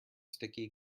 sticky